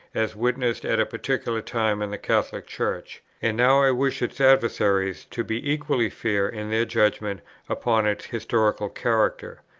as witnessed at a particular time in the catholic church, and now i wish its adversaries to be equally fair in their judgment upon its historical character.